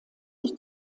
sich